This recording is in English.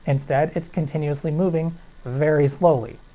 instead, it's continuously moving very slowly.